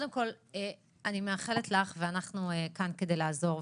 אנחנו כאן כדי לעזור,